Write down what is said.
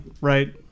right